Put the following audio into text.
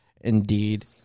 indeed